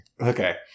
okay